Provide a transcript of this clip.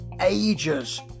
ages